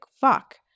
fuck